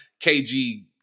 KG